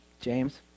James